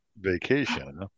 Vacation